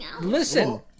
Listen